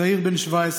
צעיר בן 17,